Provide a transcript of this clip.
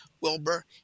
Wilbur